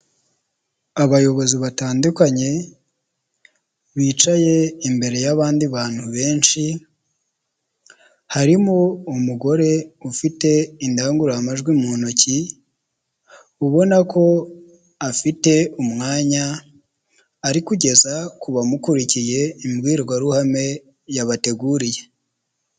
Abayobozi batandukanye bicaye imbere y'abandi bantu benshi, harimo umugore ufite indangururamajwi mu ntoki, ubona ko afite umwanya ari kugeza ku bamukurikiye imbwirwaruhame yabateguriye.